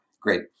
great